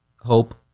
hope